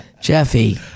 Jeffy